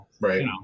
Right